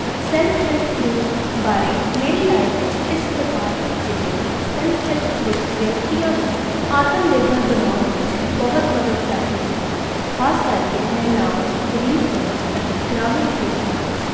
self help group ਬਾਰੇ ਮੇਰੀ ਰਾਏ ਕੁਛ ਇਸ ਪ੍ਰਕਾਰ ਹੈ ਜਿਵੇਂ ਕਿ ਸੈਲਫ ਹੈਲਪ ਗਰੁੱਪ ਵਿਅਕਤੀਆਂ ਨੂੰ ਆਤਮ ਨਿਰਭਰ ਬਣਾਉਣ ਵਿੱਚ ਬਹੁਤ ਮਦਦ ਕਰਦੇ ਹਨ ਖ਼ਾਸ ਕਰਕੇ ਮਹਿਲਾਵਾਂ ਗਰੀਬ ਵਰਗ ਅਤੇ ਗ੍ਰਾਮੀਣ ਖੇਤਰਾਂ ਵਿੱਚ